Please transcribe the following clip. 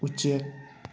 ꯎꯆꯦꯛ